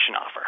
offer